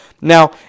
now